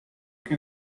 que